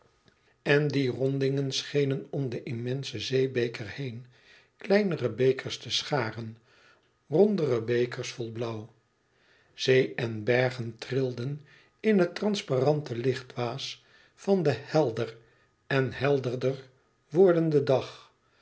en die rondingen schenen om den immensen zeebeker heen kleinere bekers te scharen rondere bekers vol blauw zee en bergen trilden in het transparante lichtwaas van den helder en helderder wordenden dag